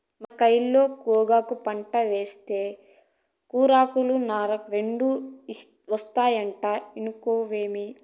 మన కయిలో గోగాకు పంటేస్తే కూరాకులు, నార రెండూ ఒస్తాయంటే ఇనుకోవేమి